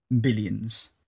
billions